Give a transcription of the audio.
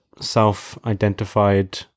self-identified